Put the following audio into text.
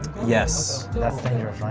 yes, that's dangerous,